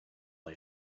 lay